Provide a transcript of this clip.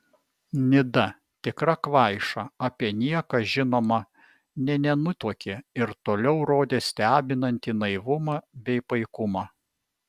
nida tikra kvaiša apie nieką žinoma nė nenutuokė ir toliau rodė stebinantį naivumą bei paikumą